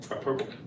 purple